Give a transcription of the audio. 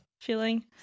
feeling